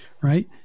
Right